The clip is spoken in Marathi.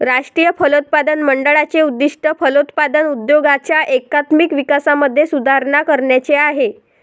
राष्ट्रीय फलोत्पादन मंडळाचे उद्दिष्ट फलोत्पादन उद्योगाच्या एकात्मिक विकासामध्ये सुधारणा करण्याचे आहे